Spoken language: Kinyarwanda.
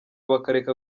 bakareka